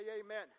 amen